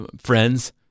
friends